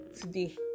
today